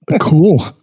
Cool